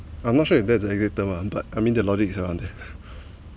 I'm not sure if that's the exact term ah but I mean the logic is around there